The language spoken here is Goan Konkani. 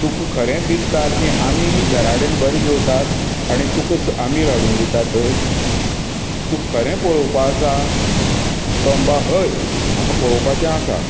तुका खरें दिसता की आमी घरा कडेन बरें जेवतात आनी तुका आमील हाडून दितात तुका खरें पळोवपाचें आसा तो म्हणपाक लागलो हय म्हाका पळोवपाचें आसा